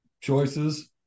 choices